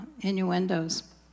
innuendos